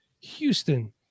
Houston